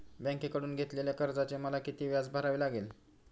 बँकेकडून घेतलेल्या कर्जाचे मला किती व्याज भरावे लागेल?